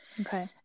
Okay